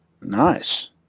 Nice